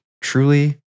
truly